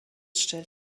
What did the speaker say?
stellt